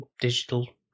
digital